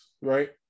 right